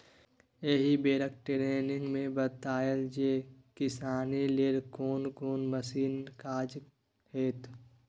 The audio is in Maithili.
एहि बेरक टिरेनिंग मे बताएत जे किसानी लेल कोन कोन मशीनक काज हेतै